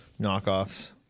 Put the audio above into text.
knockoffs